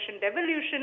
devolution